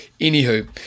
Anywho